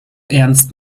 ernst